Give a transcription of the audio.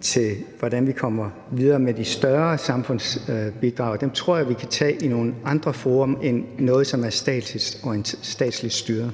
til hvordan vi kommer videre med de større samfundsbidrag – så tror jeg, vi kan tage dem i nogle andre fora end i noget, som er statsligt styret.